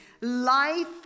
Life